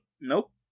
Nope